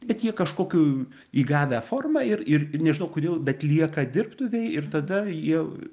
bet jie kažkokių įgavę formą ir ir ir nežinau kodėl bet lieka dirbtuvėj ir tada jie